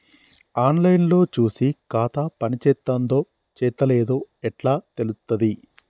On line లో చూసి ఖాతా పనిచేత్తందో చేత్తలేదో ఎట్లా తెలుత్తది?